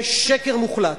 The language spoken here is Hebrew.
זה שקר מוחלט.